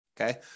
Okay